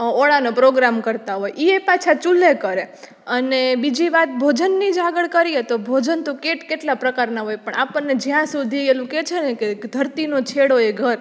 ઓળાનો programme કરતાં હોય એ પણ પાછા ચૂલે કરે અને બીજી વાત ભોજનની જ આગળ કરીએ તો ભોજન તો કેટકેટલા પ્રકારના હોય પણ આપણને જ્યાં સુધી એમ કે છે ને કે ધરતીનો છેડો એ ઘર